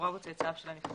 הוריו או צאצאיו של הנפטר.